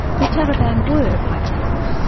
the taliban were, by default,